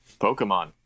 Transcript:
pokemon